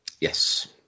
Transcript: Yes